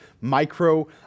micro-